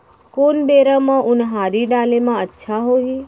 कोन बेरा म उनहारी डाले म अच्छा होही?